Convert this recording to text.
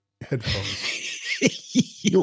headphones